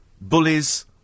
bullies